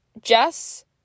Jess